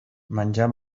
menjar